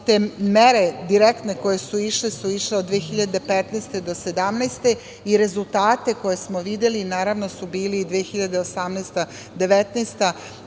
te mere direktne koje su išle su išle od 2015. do 2017. godine, i rezultate koje smo videli naravno su bili 2018.